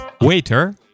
Waiter